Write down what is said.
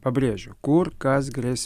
pabrėžiu kur kas grės